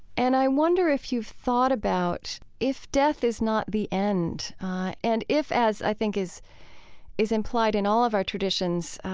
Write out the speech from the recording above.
and i wonder if you've thought about if death is not the end and if, as i think is is implied in all of our traditions,